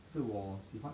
是我喜欢